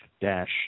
dash